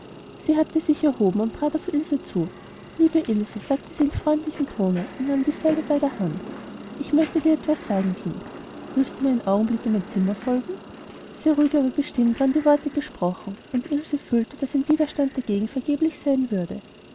sie hatte sich erhoben und trat auf ilse zu liebe ilse sagte sie in freundlichem tone und nahm dieselbe bei der hand ich möchte dir etwas sagen kind willst du mir auf einen augenblick in mein zimmer folgen sehr ruhig aber sehr bestimmt waren die worte gesprochen und ilse fühlte daß ein widerstand dagegen vergeblich sein würde